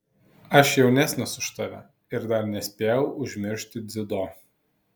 aš jaunesnis už tave ir dar nespėjau užmiršti dziudo